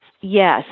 Yes